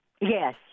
Yes